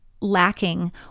lacking